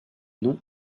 non